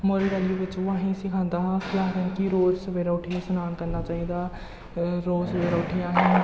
moral value बिच्च ओह् असें गी सखांदा हा केह् आखदे न कि रोज सवेरै उट्ठियै स्नान करना चाहिदा रोज सवेरै उठियै असें गी